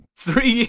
Three